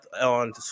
on